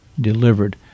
delivered